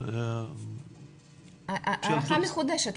הערכה --- הערכה מחודשת,